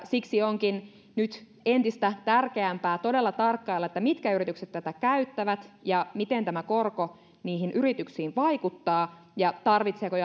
siksi onkin nyt entistä tärkeämpää todella tarkkailla mitkä yritykset tätä käyttävät ja miten tämä korko niihin yrityksiin vaikuttaa ja tarvitseeko